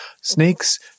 snakes